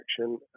action